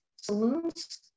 saloons